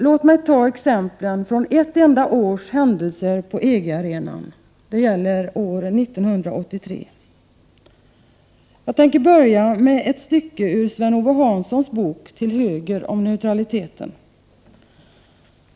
Låt mig ta exemplen från ett enda års händelser på EG-arenan. Det gäller år 1983. Jag tänker börja med ett stycke ur Sven-Ove Hanssons bok Till höger om neutraliteten.